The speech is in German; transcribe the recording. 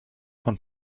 von